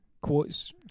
quotes